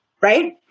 right